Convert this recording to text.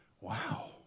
wow